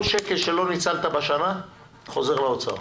כל שקל שלא ניצלת השנה חוזר לאוצר.